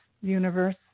universe